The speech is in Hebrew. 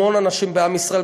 המון אנשים בעם ישראל,